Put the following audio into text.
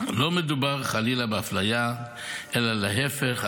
לא מדובר חלילה באפליה אלא להפך,